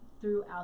throughout